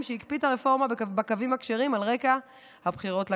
שהקפיא את הרפורמה בקווים הכשרים על רקע הבחירות לכנסת.